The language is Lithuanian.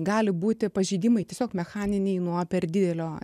gali būti pažeidimai tiesiog mechaniniai nuo per didelio